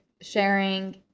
sharing